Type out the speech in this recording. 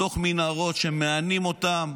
בתוך מנהרות, שמענים אותם?